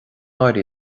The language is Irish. éirí